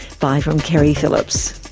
bye from keri phillips